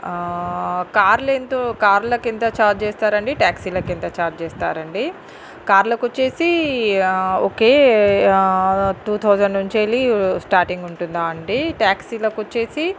కార్లు ఎంతో కార్లకి ఎంత ఛార్జ్ చేస్తారండి టాక్సీలకి ఎంత ఛార్జ్ చేస్తారండి కార్లకు వచ్చేసి ఓకే టూ తౌసండ్ నుంచెలీ స్టార్టింగ్ ఉంటుందా అండి టాక్సీలకు వచ్చేసి